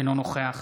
אינו נוכח